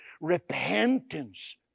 repentance